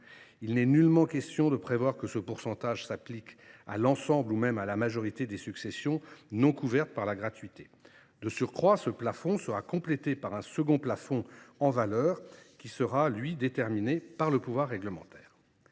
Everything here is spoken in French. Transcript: il n’est nullement question de prévoir que ce pourcentage s’applique à l’ensemble ni même à la majorité des successions non couvertes par la gratuité. De surcroît, ce premier plafond de 1 % sera complété par un second plafond en valeur, qui sera déterminé par le pouvoir réglementaire.